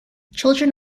children